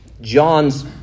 John's